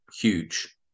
huge